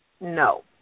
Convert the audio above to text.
No